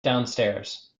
downstairs